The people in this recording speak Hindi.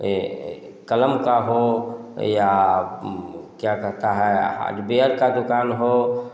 ये क़लम का हो या क्या कहते हैं हार्डवेयर का दुकान हो